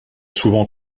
souvent